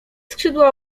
skrzydła